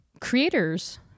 creators